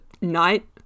night